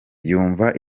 yumva